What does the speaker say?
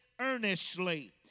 earnestly